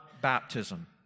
baptism